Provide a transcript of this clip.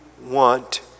want